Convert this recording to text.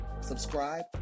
subscribe